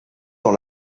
dans